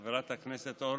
חברת הכנסת אורלי,